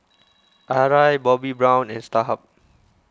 Arai Bobbi Brown and Starhub